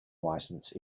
license